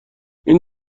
این